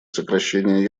сокращения